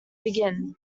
begin